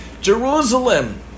Jerusalem